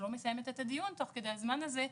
לא מסיימת את הדיון תוך כדי הזמן הזה,